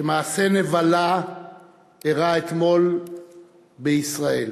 שמעשה נבלה אירע אתמול בישראל,